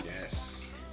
Yes